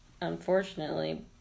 unfortunately